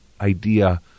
idea